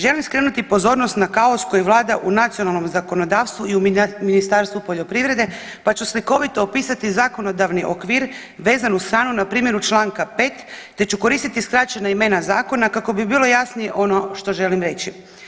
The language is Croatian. Želim skrenuti pozornost na kaos koji vlada u nacionalnom zakonodavstvu i u Ministarstvu poljoprivrede pa ću slikovito opisati zakonodavni okvir vezan uz hranu na primjeru Članka 5. te ću koristiti skraćena imena zakona kako bi bilo jasnije ono što želim reći.